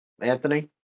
Anthony